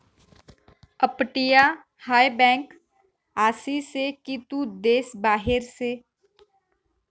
अपटीया हाय बँक आसी से की तू देश बाहेर से